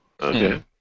Okay